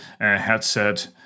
headset